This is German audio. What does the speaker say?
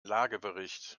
lagebericht